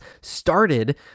started